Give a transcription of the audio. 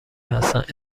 هستند